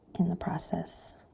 in the process